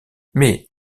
mais